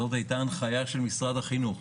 זו הייתה ההנחיה של משרד החינוך,